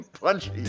punchy